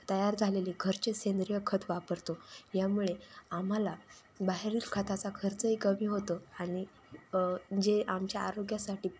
तयार झालेले घरचे सेंद्रिय खत वापरतो यामुळे आम्हाला बाहेरील खताचा खर्चही कमी होतो आणि जे आमच्या आरोग्यासाठी